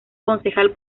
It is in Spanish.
concejal